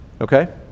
Okay